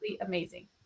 amazing